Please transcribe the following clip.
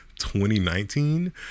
2019